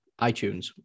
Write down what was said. iTunes